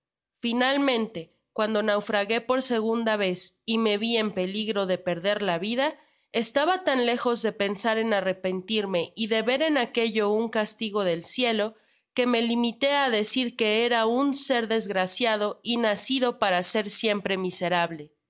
finalmente cuando naufragué por segunda vez y me vi en peligro de perder la vida estaba tan lejos de pensar en arrepenürme y de ver en aquello un castigo del cielo que me limité á decir que era un ser desgraciado y nacido para ser siempre miserable